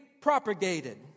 propagated